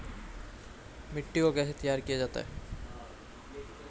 मिट्टी को कैसे तैयार किया जाता है?